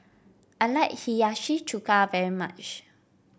I like Hiyashi Chuka very much